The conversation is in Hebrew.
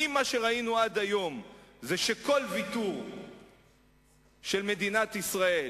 אם מה שראינו עד היום זה שכל ויתור של מדינת ישראל